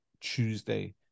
Tuesday